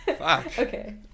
okay